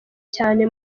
cyane